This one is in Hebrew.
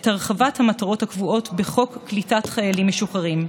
את הרחבת המטרות הקבועות בחוק קליטת חיילים משוחררים.